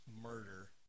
murder